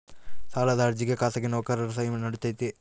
ಸಾಲದ ಅರ್ಜಿಗೆ ಖಾಸಗಿ ನೌಕರರ ಸಹಿ ನಡಿತೈತಿ?